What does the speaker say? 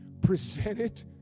presented